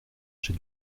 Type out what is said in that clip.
j’ai